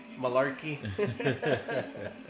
malarkey